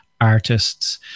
artists